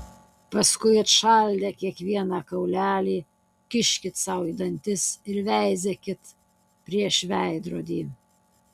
paskui atšaldę kiekvieną kaulelį kiškit sau į dantis ir veizėkit prieš veidrodį